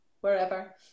wherever